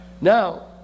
Now